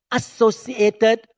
associated